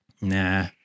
Nah